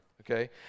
okay